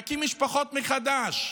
להקים משפחות מחדש.